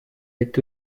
est